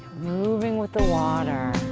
moving with the water.